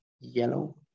yellow